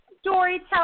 storytelling